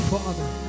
Father